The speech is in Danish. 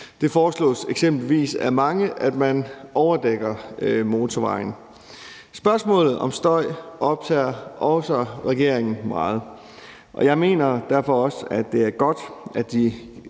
Det foreslås eksempelvis af mange, at man overdækker motorvejen. Spørgsmålet om støj optager også regeringen meget. Jeg mener derfor også, det er godt, at de